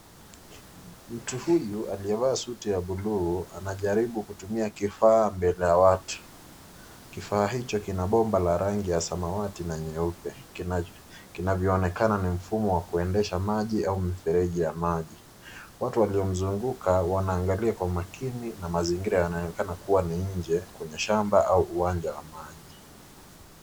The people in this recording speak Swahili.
Mtu huyu aliyevaa sutii ya buluu anajararibu kutumia kifaa mbele ya watu. Kifaa hicho lina bompa la rangi samawati na nyeupe kinavyoonekana ni mfumo wa kuendesha maji au mfereji ya maji. Watu waliomsunguka wanaangalia kwa umakini na mazingira yanaonekana ni nje kwenye shamba au uwanja wa maji.